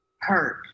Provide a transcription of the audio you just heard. hurt